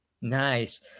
Nice